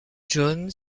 john